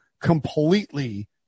completely